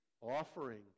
offering